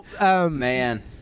man